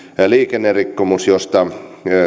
liikennerikkomus josta